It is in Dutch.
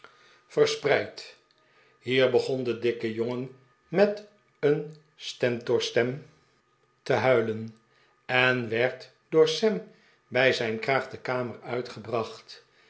hier begon de dikfce jongen met een stentorstem te huilen en werd door sam bij zijn kra'ag de kamer uit